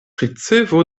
ricevo